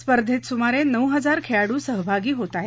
स्पर्धेत सुमारे नऊ हजार खेळाडू सहभागी होत आहेत